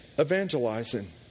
evangelizing